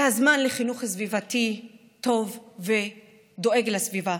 זה הזמן לחינוך סביבתי טוב ודואג לסביבה.